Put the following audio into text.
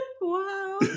Wow